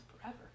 forever